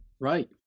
right